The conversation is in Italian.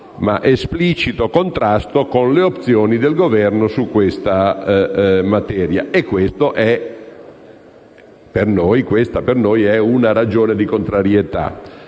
ed esplicito contrasto con le opzioni del Governo su questa materia. Questa è per noi una ragione di contrarietà.